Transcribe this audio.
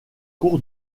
cours